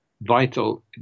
vital